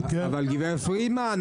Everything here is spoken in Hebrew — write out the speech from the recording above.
גברת פרידמן,